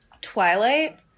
Twilight